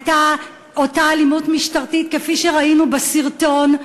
היה אותה אלימות משטרתית שראינו בסרטון.